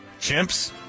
chimps